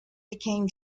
became